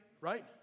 right